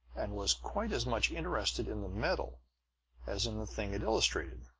and was quite as much interested in the metal as in the thing it illustrated.